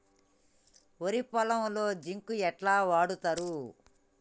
వరి పొలంలో జింక్ ఎట్లా వాడుతరు?